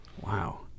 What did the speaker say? Wow